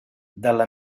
dalla